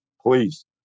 Please